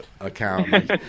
account